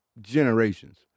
generations